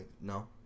No